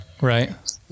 Right